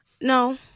no